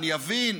אני אבין,